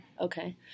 okay